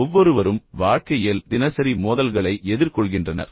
இப்போது ஒவ்வொருவரும் தங்கள் வாழ்க்கையில் தினசரி மோதல்களை எதிர்கொள்கின்றனர்